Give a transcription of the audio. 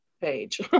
page